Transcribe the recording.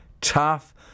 tough